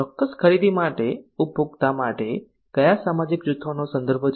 ચોક્કસ ખરીદી માટે ઉપભોક્તા માટે કયા સામાજિક જૂથોનો સંદર્ભ છે